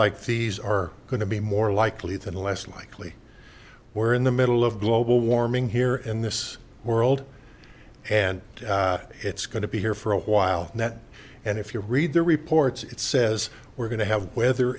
like these are going to be more likely than less likely we're in the middle of global warming here in this world and it's going to be here for a while net and if you read the reports it says we're gonna have weather